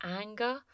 anger